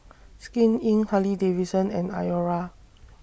Skin Inc Harley Davidson and Iora